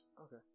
Okay